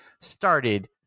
started